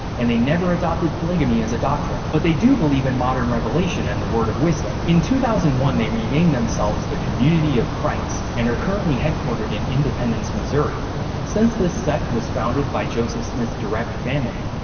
and they never adopted polygamy as a doctrine. but they do believe in modern revelation and the word of wisdom. in two thousand and one, they renamed themselves themselves the community of christ and are currently headquartered in independence, missouri since this sect was founded by joseph smith's direct family,